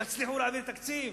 תצליחו להעביר תקציב.